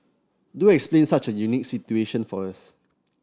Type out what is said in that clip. do explain such a unique situation for us